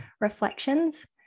reflections